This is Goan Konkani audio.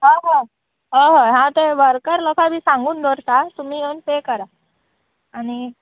हय हय हय हय हांव तें वर्कर लोकां बी सांगून दवरतां तुमी येवन पे करा आनी